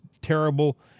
terrible